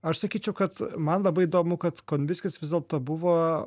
aš sakyčiau kad man labai įdomu kad konvickis vis dėlto buvo